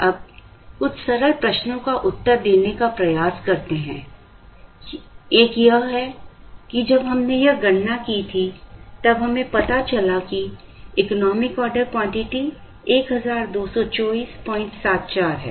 अब कुछ सरल प्रश्नों का उत्तर देने का प्रयास करते हैं एक यह है कि जब हमने यह गणना की थी तब हमें पता चला है कि इकोनॉमिक ऑर्डर क्वांटिटी 122474 है